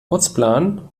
putzplan